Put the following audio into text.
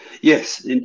Yes